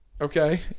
Okay